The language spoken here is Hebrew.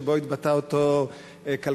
שבו התבטא אותו כלכלן.